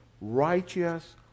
righteous